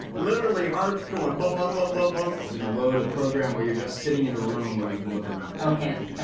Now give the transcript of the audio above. literally heart's going, boom-boom-boom-boom-boom. we're gonna load a program where you're just sitting in a room, where you can look around. okay, that's a good